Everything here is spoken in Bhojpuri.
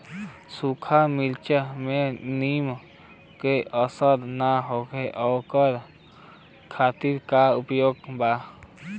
सूखा मिर्चा में नमी के असर न हो ओकरे खातीर का उपाय बा?